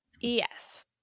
Yes